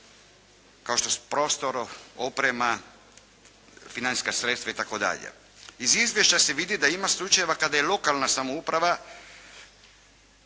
kao što su prostor, oprema, financijska sredstva itd. Iz izvješća se vidi da ima slučajeva kada lokalna samouprava